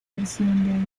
versión